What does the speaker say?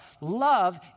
love